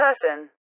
person